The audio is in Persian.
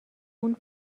اون